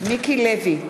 מיקי לוי,